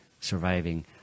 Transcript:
surviving